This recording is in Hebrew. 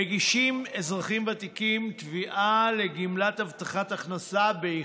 מגישים אזרחים ותיקים תביעה לגמלת הבטחת הכנסה באיחור,